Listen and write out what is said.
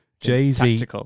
Jay-Z